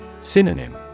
Synonym